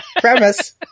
premise